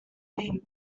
thing